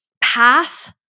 path